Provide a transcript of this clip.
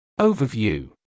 Overview